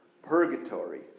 purgatory